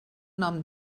nom